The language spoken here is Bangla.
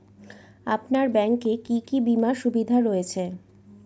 আপনার ব্যাংকে কি কি বিমার সুবিধা রয়েছে?